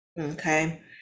Okay